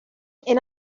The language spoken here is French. est